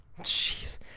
Jeez